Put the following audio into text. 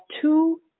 two